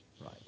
Right